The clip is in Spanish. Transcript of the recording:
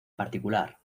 particular